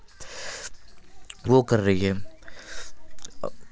वह कर रही है